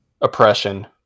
oppression